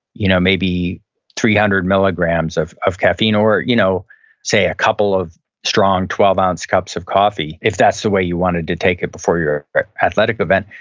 you know maybe three hundred milligrams of of caffeine or, you know say, say, a couple of strong twelve ounce cups of coffee, if that's the way you wanted to take it before your athletic event.